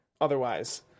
otherwise